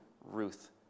Ruth